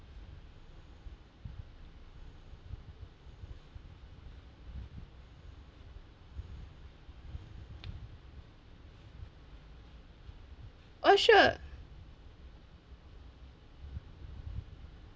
oh sure